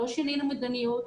לא שינינו מדיניות,